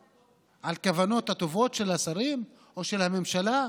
על הכוונות הטובות של השרים או של הממשלה?